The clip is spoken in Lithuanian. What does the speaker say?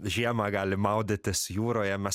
žiemą gali maudytis jūroje mes